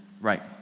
Right